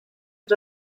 but